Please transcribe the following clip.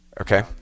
Okay